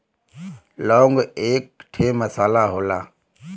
लौंग एक ठे मसाला होला